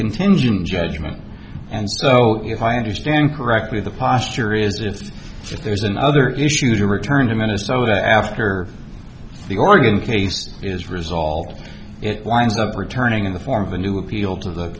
contingent judgement and so if i understand correctly the posture is it's just there's another issue to return to minnesota after the oregon case is resolved it winds up returning in the form of a new appeal to the